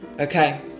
Okay